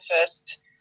first